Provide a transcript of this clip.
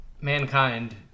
Mankind